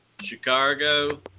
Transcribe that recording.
Chicago